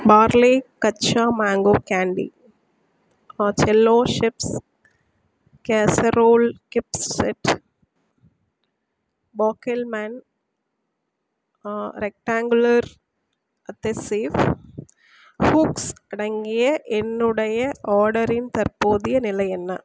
Parle kaccha mango candy ஆ Cello chef's casserole gifts set பாக்கெல் மேன் ரெக்டாங்கிளர் அதேசிவ் ஹூக்ஸ் அடங்கிய என்னுடைய ஆடரின் தற்போதைய நிலை என்ன